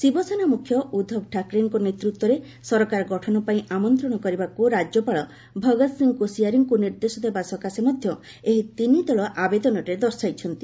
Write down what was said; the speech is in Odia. ଶିବସେନା ମୁଖ୍ୟ ଉଦ୍ଧବ ଠାକରେଙ୍କ ନେତୃତ୍ୱରେ ସରକାର ଗଠନ ପାଇଁ ଆମନ୍ତ୍ରଣ କରିବାକୁ ରାଜ୍ୟପାଳ ଭଗତ ସିଂ କୋଶିଆରୀଙ୍କୁ ନିର୍ଦ୍ଦେଶ ଦେବା ସକାଶେ ମଧ୍ୟ ଏହି ତିନି ଦଳ ଆବେଦନରେ ଦର୍ଶାଇଛନ୍ତି